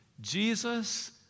Jesus